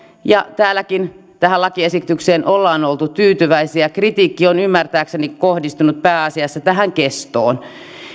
ja täälläkin lakiesitykseen ollaan oltu tyytyväisiä kritiikki on ymmärtääkseni kohdistunut pääasiassa kestoon